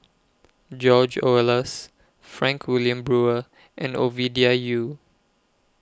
George Oehlers Frank Wilmin Brewer and Ovidia Yu